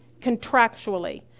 contractually